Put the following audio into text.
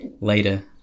later